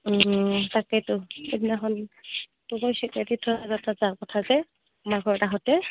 তাকেইতো সেইদিনাখন তো যা কথা যে আমাৰ ঘৰত আহোঁতে